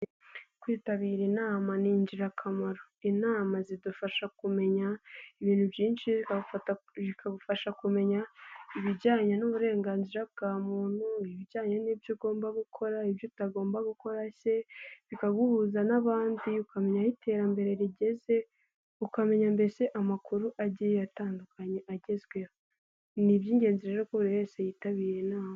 kwitabira inama ni ingirakamaro, inama zidufasha kumenya ibintu byinshi bikagufasha kumenya ibijyanye n'uburenganzira bwa muntu, ibijyanye n'ibyo ugomba gukora, ibyo utagomba gukora se bikaguhuza n'abandi ukamenya aho iterambere rigeze ukamenya, mbese amakuru agiye atandukanye agezweho, ni iby'ingenzi rero buri wese yitabira inama.